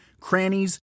crannies